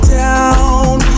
down